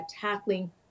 tackling